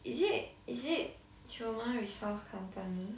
is it is it human resource company